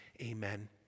Amen